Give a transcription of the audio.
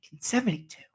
1972